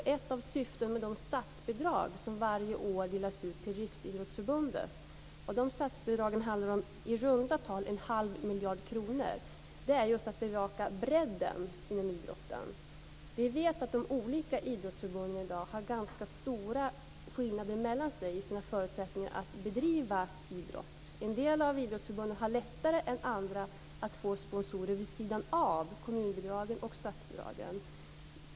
Ett av syftena med det statsbidrag som varje år delas ut till Riksidrottsförbundet, som handlar om i runda tal en halv miljard kronor, är att bevaka bredden inom idrotten. Vi vet att det i dag är ganska stora skillnader mellan de olika idrottsförbundens förutsättningar att bedriva idrott. En del av idrottsförbunden har lättare än andra att få sponsorer vid sidan av kommunbidragen och statsbidragen.